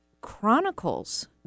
chronicles